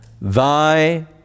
Thy